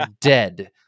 dead